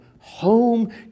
home